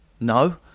No